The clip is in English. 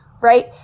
right